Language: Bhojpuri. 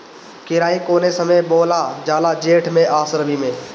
केराई कौने समय बोअल जाला जेठ मैं आ रबी में?